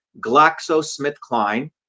GlaxoSmithKline